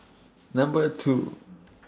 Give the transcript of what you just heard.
Number two